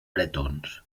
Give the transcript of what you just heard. bretons